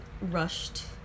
rushed